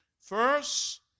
First